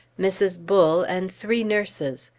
mrs. bull, and three nurses.